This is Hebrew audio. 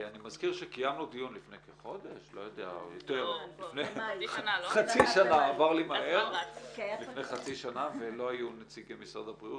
אני מזכיר שקיימנו דיון לפני חצי שנה ולא היו נציגי משרד הבריאות.